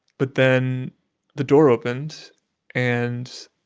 but then the door opened and